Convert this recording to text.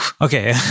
okay